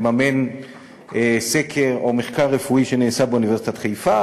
לממן סקר או מחקר רפואי שנעשה באוניברסיטת חיפה.